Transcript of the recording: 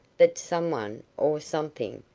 that some one, or something,